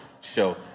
show